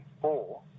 four